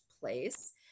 place